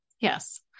yes